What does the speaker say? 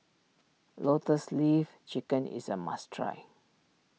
Lotus Leaf Chicken is a must try